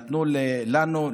נתנו לנו,